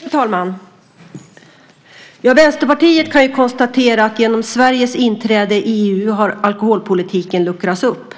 Fru talman! Vänsterpartiet kan konstatera att genom Sveriges inträde i EU har alkoholpolitiken luckrats upp.